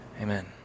Amen